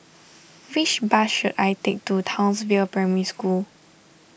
which bus should I take to Townsville Primary School